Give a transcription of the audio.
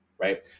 Right